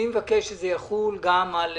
אני מבקש שזה יחול גם על